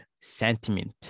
Sentiment